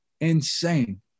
Insane